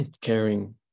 caring